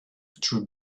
true